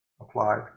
applied